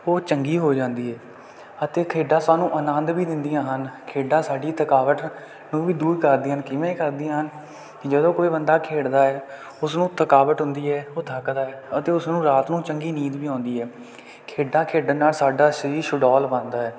ਉਹ ਚੰਗੀ ਹੋ ਜਾਂਦੀ ਹੈ ਅਤੇ ਖੇਡਾਂ ਸਾਨੂੰ ਆਨੰਦ ਵੀ ਦਿੰਦੀਆਂ ਹਨ ਖੇਡਾਂ ਸਾਡੀ ਥਕਾਵਟ ਨੂੰ ਵੀ ਦੂਰ ਕਰਦੀਆਂ ਕਿਵੇਂ ਕਰਦੀਆਂ ਹਨ ਕਿਵੇਂ ਕਰਦੀਆਂ ਹਨ ਜਦੋਂ ਕੋਈ ਬੰਦਾ ਖੇਡਦਾ ਹੈ ਉਸਨੂੰ ਥਕਾਵਟ ਹੁੰਦੀ ਹੈ ਉਹ ਥੱਕਦਾ ਹੈ ਅਤੇ ਉਸਨੂੰ ਰਾਤ ਨੂੰ ਚੰਗੀ ਨੀਂਦ ਵੀ ਆਉਂਦੀ ਹੈ ਖੇਡਾਂ ਖੇਡਣ ਨਾਲ ਸਾਡਾ ਸਰੀਰ ਸ਼ੁਡੌਲ ਬਣਦਾ ਹੈ